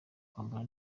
kwambara